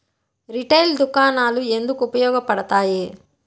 Retail దుకాణాలు ఎందుకు ఉపయోగ పడతాయి?